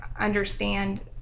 understand